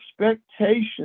expectations